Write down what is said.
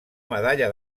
medalla